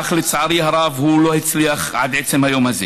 אך לצערי הרב הוא לא הצליח עד עצם היום הזה.